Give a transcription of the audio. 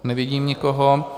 Nevidím nikoho.